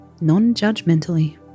Non-judgmentally